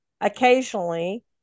occasionally